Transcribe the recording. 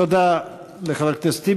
תודה לחבר הכנסת טיבי.